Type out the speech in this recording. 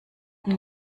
den